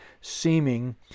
seeming